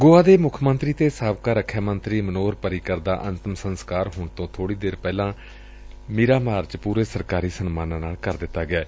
ਗੋਆ ਦੇ ਮੁੱਖ ਮੰਤਰੀ ਅਤੇ ਸਾਬਕਾ ਰਖਿਆ ਮੰਤਰੀ ਮਨੋਹਰ ਪਰੀਕਰ ਦਾ ਅੰਤਮ ਸੰਸਕਾਰ ਹੁਣ ਰੋ ਬੋੜੀ ਦੇਰ ਪਹਿਲਾਂ ਮੀਰਾਮਾਰ ਚ ਪੁਰੇ ਸਰਕਾਰੀ ਸਨਮਾਨਾਂ ਨਾ ਕਰ ਦਿੱਡਾ ਗਿਐ